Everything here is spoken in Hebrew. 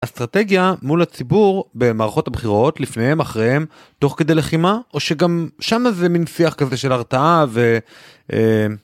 אסטרטגיה מול הציבור במערכות הבחירות לפניהם אחריהם תוך כדי לחימה או שגם שמה זה מין שיח כזה של הרתעה.